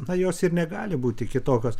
na jos ir negali būti kitokios